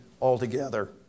altogether